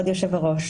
לכבוד יושב הראש.